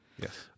Yes